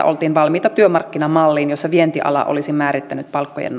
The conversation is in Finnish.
oltiin valmiita työmarkkinamalliin jossa vientiala olisi määrittänyt palkkojen